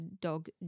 dog